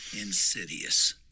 insidious